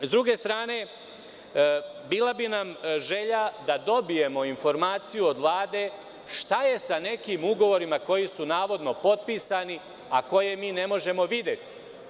S druge strane, bila bi nam želja da dobijemo informaciju od Vlade šta je sa nekim ugovorima koji su navodno potpisani, a koje mi ne možemo videti?